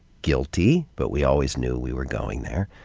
guilty, but we always knew we were going there.